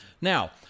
Now